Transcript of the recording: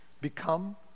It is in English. Become